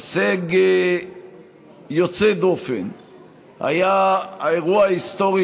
הישג יוצא דופן היה האירוע ההיסטורי